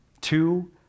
Two